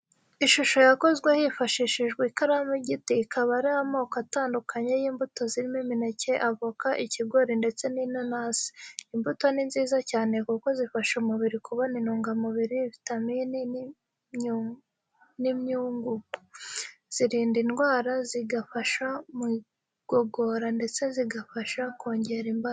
Ishusho yakozwe hifashishijwe ikaramu y'igiti ikaba ari amoko atandukanye y'imbuto zirimo imineke, avoka, ikigori ndetse n'inanasi. Imbuto ni nziza cyane kuko zifasha umubiri kubona intungamubiri, vitamine n'imyunyungugu. Zirinda indwara, zigafasha mu igogora ndetse zigafasha kongera imbaraga.